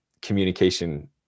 communication